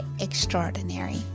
extraordinary